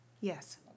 Yes